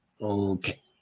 Okay